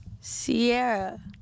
Sierra